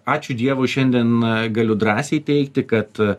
ačiū dievui šiandien galiu drąsiai teigti kad